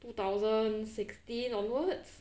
two thousand sixteen onwards